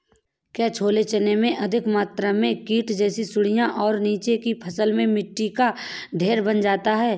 क्या छोले चने में अधिक मात्रा में कीट जैसी सुड़ियां और नीचे की फसल में मिट्टी का ढेर बन जाता है?